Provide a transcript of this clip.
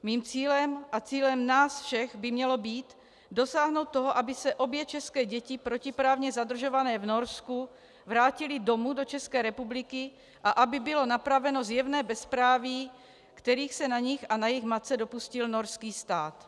Mým cílem a cílem nás všech by mělo být dosáhnout toho, aby se obě české děti, protiprávně zadržované v Norsku, vrátily domů do České republiky a aby bylo napraveno zjevné bezpráví, kterého se na nich a na jejich matce dopustil norský stát.